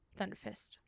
Thunderfist